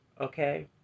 Okay